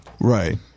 right